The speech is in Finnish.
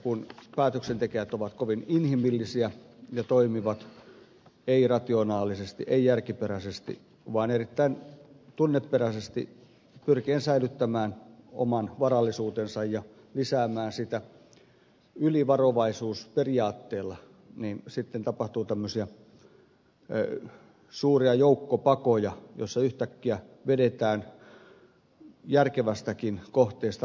kun päätöksentekijät ovat kovin inhimillisiä ja toimivat ei rationaalisesti eivät järkiperäisesti vaan erittäin tunneperäisesti pyrkien säilyttämään oman varallisuutensa ja lisäämään sitä ylivarovaisuusperiaatteella niin sitten tapahtuu tämmöisiä suuria joukkopakoja joissa yhtäkkiä vedetään järkevästäkin kohteesta rahoitus pois